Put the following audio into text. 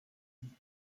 hun